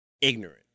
ignorant